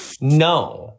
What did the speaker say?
no